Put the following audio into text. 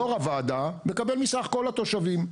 יושב ראש הוועדה מקבל מסך כל התושבים,